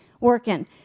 working